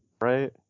Right